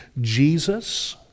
Jesus